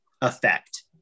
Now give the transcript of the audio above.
effect